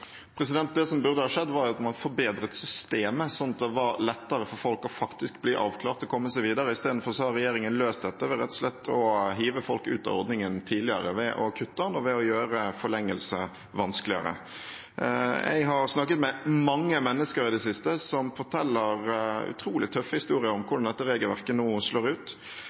Det som burde ha skjedd, var at man forbedret systemet sånn at det var lettere for folk faktisk å bli avklart og komme seg videre. Istedenfor har regjeringen løst dette ved rett og slett å hive folk ut av ordningen tidligere ved å kutte i den og ved å gjøre forlengelse vanskeligere. Jeg har snakket med mange mennesker i det siste som forteller utrolig tøffe historier om hvordan dette regelverket nå slår ut.